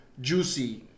juicy